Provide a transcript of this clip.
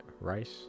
Rice